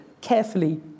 carefully